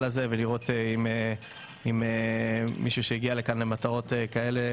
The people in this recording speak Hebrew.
הזה ולראות אם מישהו הגיע לכאן למטרות כאלה,